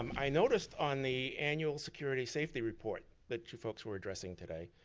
um i noticed on the annual security safety report that your folks were addressing today,